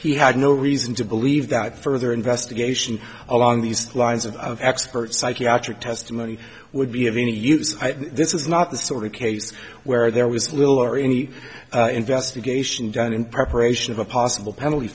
he had no reason to believe that further investigation along these lines of expert psychiatric testimony would be of any use this is not the sort of case where there was little or any investigation done in preparation of a possible penalty